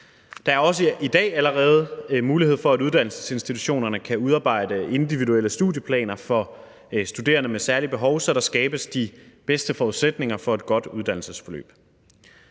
Der er også i dag allerede mulighed for, at uddannelsesinstitutionerne kan udarbejde individuelle studieplaner for studerende med særlige behov, så der skabes de bedste forudsætninger for et godt uddannelsesforløb.